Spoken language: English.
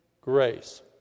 grace